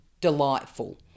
Delightful